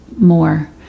more